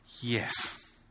Yes